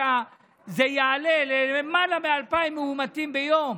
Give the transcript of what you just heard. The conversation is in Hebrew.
שזה יעלה ללמעלה מ-2,000 מאומתים ביום?